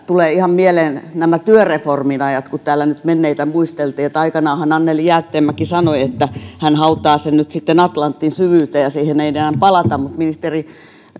tulee mieleen työreformin ajat kun täällä nyt menneitä muisteltiin niin aikanaanhan anneli jäätteenmäki sanoi että hän hautaa sen atlantin syvyyteen ja siihen ei enää palata mutta ministeri